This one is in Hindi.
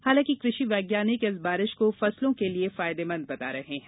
हालांकि कृषि वैज्ञानिक इस बारिश को फसलों के लिए फायदेमंद बता रहे हैं